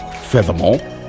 Furthermore